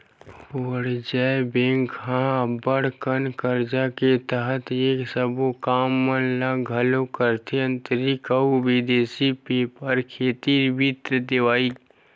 वाणिज्य बेंक ह अब्बड़ कन कारज के तहत ये सबो काम मन ल घलोक करथे आंतरिक अउ बिदेसी बेपार खातिर वित्त देवई